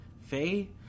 Faye